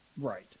Right